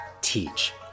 teach